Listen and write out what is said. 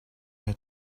had